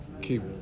keep